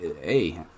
hey